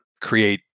create